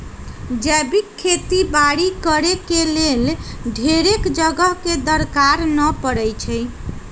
जैविक खेती बाड़ी करेके लेल ढेरेक जगह के दरकार न पड़इ छइ